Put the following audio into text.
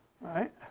right